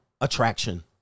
attraction